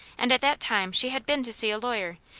and at that time she had been to see a lawyer,